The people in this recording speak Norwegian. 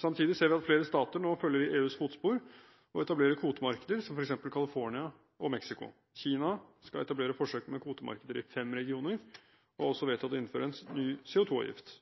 Samtidig ser vi at flere stater nå følger i EUs fotspor og etablerer kvotemarkeder, som f.eks. California og Mexico. Kina skal etablere forsøk med kvotemarkeder i fem regioner, og har også vedtatt å innføre en ny CO2-avgift.